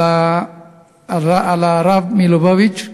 על הרבי מלובביץ',